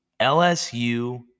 LSU